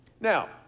Now